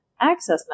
access